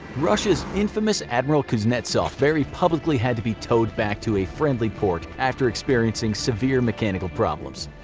russia's infamous admiral kuznetsov very publicly had to be towed back to a friendly port after experiencing severe mechanical problems.